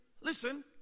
listen